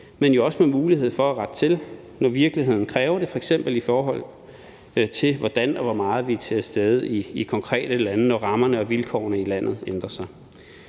men jo også med mulighed for at rette til, når virkeligheden kræver det, f.eks. i forhold til hvordan og hvor meget vi er til stede i konkrete lande, når rammerne og vilkårene i landet ændrer sig.